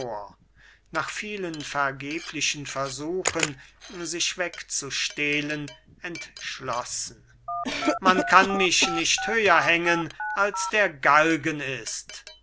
nach vielen vergeblichen versuchen sich wegzustehlen entschlossen man kann mich nicht höher hängen als der galgen ist